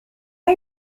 are